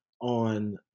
on